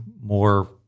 more